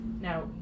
Now